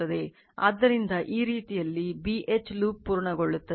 ಆದ್ದರಿಂದ ಈ ರೀತಿಯಲ್ಲಿ B H loop ಪೂರ್ಣಗೊಳ್ಳುತ್ತದೆ